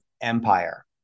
empire